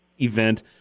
event